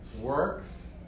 works